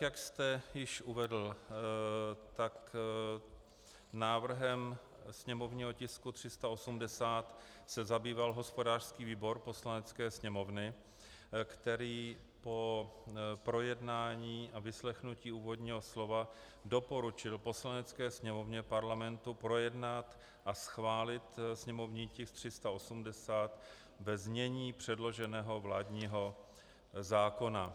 Jak jste již uvedl, tak návrhem sněmovního tisku 380 se zabýval hospodářský výbor Poslanecké sněmovny, který po projednání a vyslechnutí úvodního slova doporučil Poslanecké sněmovně Parlamentu projednat a schválit sněmovní tisk 380 ve znění předloženého vládního zákona.